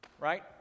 right